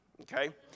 okay